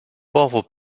pauvre